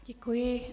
Děkuji.